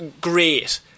great